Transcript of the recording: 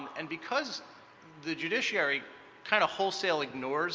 and because the judiciary kind of wholesale ignores